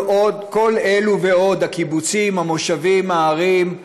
כל אלו ועוד, הקיבוצים, המושבים, הערים,